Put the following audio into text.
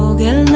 um danny